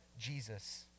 Jesus